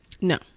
No